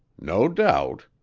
no doubt.